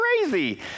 crazy